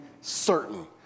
certain